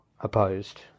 opposed